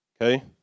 okay